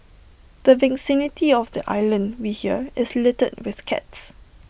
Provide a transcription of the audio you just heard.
the vicinity of the island we hear is littered with cats